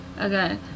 okay